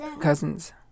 Cousins